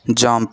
jump